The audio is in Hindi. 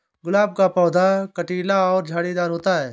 गुलाब का पौधा कटीला और झाड़ीदार होता है